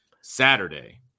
Saturday